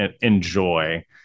enjoy